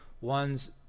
one's